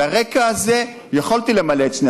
על הרקע הזה יכולתי למלא את שני